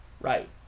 Right